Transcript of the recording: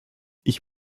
ich